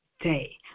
day